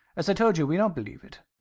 as i told you, we don't believe it.